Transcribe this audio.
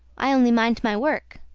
i only mind my work.